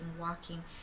walking